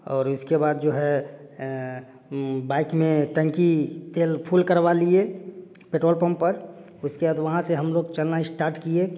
और उसके बाद जो है बाइक में टंकी तेल फुल करवा लिए पेट्रोल पंप पर उसके बाद वहाँ से हम लोग चलना स्टार्ट किए